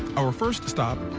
our first stop,